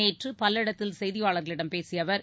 நேற்று பல்லடத்தில் செய்தியாளர்களிடம் பேசிய அவர்